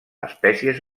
espècies